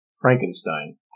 Frankenstein